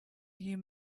you